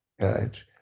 right